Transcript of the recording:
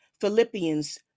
Philippians